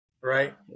right